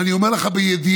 ואני אומר לך בידיעה,